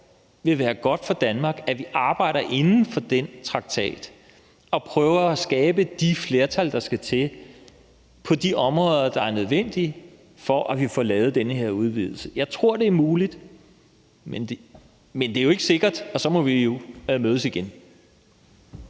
vil være godt for Danmark, at vi arbejder inden for den traktat og prøver at skabe de flertal, der skal til, på de områder, der er nødvendige, for at vi får lavet den her udvidelse. Jeg tror, det er muligt, men det er jo ikke sikkert, og så må vi mødes igen.